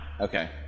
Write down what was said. Okay